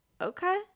okay